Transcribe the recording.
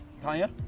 Tanya